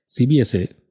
CBSA